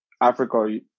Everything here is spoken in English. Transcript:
Africa